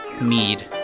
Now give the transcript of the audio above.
mead